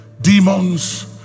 demons